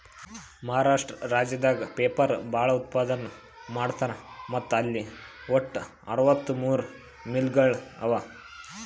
ಮಹಾರಾಷ್ಟ್ರ ರಾಜ್ಯದಾಗ್ ಪೇಪರ್ ಭಾಳ್ ಉತ್ಪಾದನ್ ಮಾಡ್ತರ್ ಮತ್ತ್ ಅಲ್ಲಿ ವಟ್ಟ್ ಅರವತ್ತಮೂರ್ ಮಿಲ್ಗೊಳ್ ಅವಾ